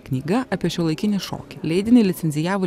knyga apie šiuolaikinį šokį leidinį licencijavo